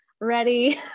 ready